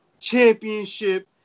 championship